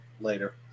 later